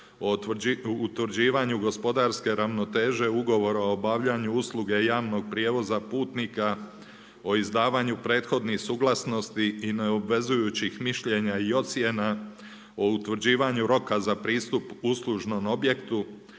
o utvrđivanju gospodarske ravnoteže ugovora o obavljanju usluge javnog prijevoza putnika, o izdavanju prethodnih suglasnosti i neobvezujućih mišljenja i ocjena, o utvrđivanju roka za pristup uslužnom objektu,